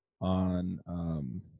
on